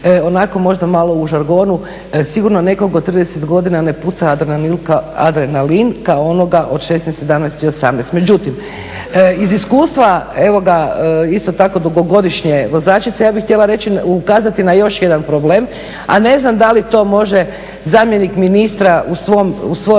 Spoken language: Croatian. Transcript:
onako možda malo u žargonu, sigurno nekog od 30 godina ne puca adrenalin kao onoga od 16, 17 i 18. Međutim, iz iskustva, evo ga isto tako dugogodišnje vozačice ja bih htjela ukazati na još jedan problem, a ne znam da li to može zamjenik ministra u svojoj